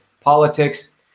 politics